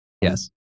Yes